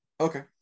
okay